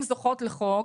הן זוכות לחוק.